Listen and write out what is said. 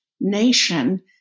nation